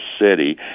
city